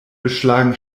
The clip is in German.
beschlagen